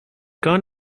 gone